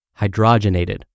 hydrogenated